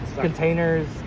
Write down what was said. Containers